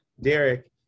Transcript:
Derek